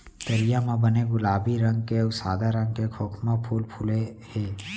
तरिया म बने गुलाबी रंग के अउ सादा रंग के खोखमा फूल फूले हे